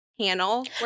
Panel